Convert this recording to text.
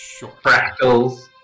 Fractals